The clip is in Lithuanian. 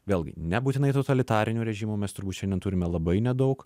vėlgi nebūtinai totalitarinių režimų mes turbūt šiandien turime labai nedaug